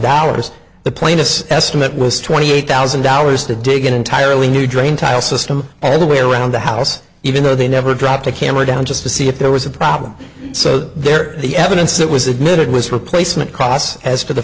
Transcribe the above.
dollars the plaintiffs estimate was twenty eight thousand dollars to dig an entirely new drain tile system all the way around the house even though they never dropped a camera down just to see if there was a problem so there the evidence that was admitted was replacement costs as for the